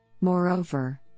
Moreover